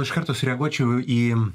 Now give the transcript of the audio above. iš karto sureaguočiau į